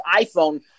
iPhone